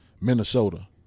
Minnesota